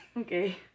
Okay